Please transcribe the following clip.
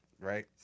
right